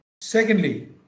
Secondly